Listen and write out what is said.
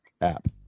app